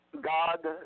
God